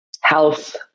health